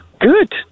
Good